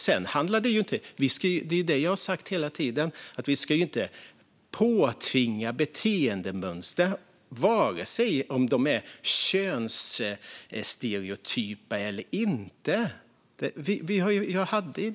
Sedan handlar det om att vi inte ska påtvinga beteendemönster, vare sig de är könsstereotypa eller inte. Det har jag sagt hela tiden.